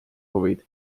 huvid